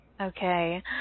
Okay